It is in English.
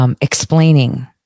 Explaining